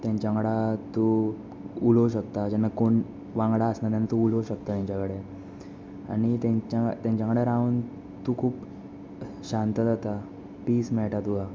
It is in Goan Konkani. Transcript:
तांच्या वांगडा तूं उलोवंक शकता जेन्ना कोण वांगडा आसना तेन्ना तूं उलोवंक शकता तांच्या कडेन तांच्या वांगडा रावन तूं खूब शांत जाता पीस मेळटा तुका